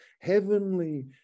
heavenly